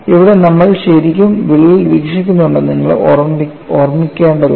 ഇവിടെ നമ്മൾ ശരിക്കും വിള്ളൽ വീക്ഷിക്കുന്നുണ്ടെന്ന് നിങ്ങൾ ഓർമ്മിക്കേണ്ടതുണ്ട്